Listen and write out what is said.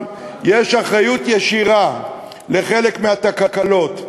יש אחריות ישירה לחלק מהתקלות.